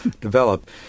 develop